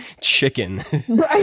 Chicken